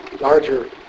larger